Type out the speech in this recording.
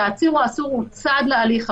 שהעציר או האסור הוא צד להליך,